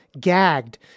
gagged